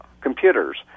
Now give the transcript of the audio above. computers